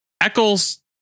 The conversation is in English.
Eccles